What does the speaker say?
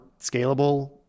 scalable